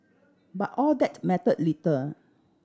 but all that mattered little